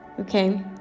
Okay